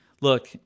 Look